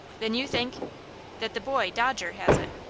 then you think that the boy, dodger, has it.